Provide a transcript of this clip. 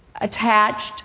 attached